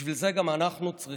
בשביל זה גם אנחנו צריכים